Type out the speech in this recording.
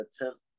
attempt